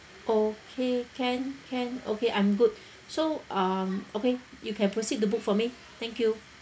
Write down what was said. okay can can okay I'm good so um okay you can proceed the book for me thank you